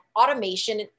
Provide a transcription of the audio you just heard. automation